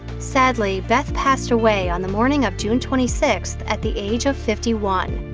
sadly, beth passed away on the morning of june twenty six at the age of fifty one.